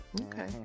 Okay